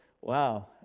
Wow